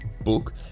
book